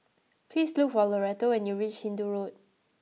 please look for Loretto and you reach Hindoo Road